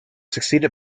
succeeded